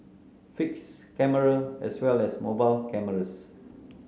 fixed camera as well as mobile cameras